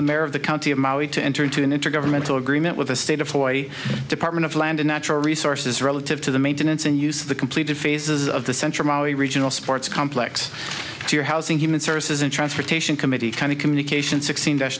the mayor of the county of maui to enter into an intergovernmental agreement with the state of hawaii department of land and natural resources relative to the maintenance and use of the completed phases of the central valley regional sports complex your housing human services and transportation committee kind of communication sixteen t